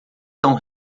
são